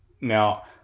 Now